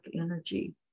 energy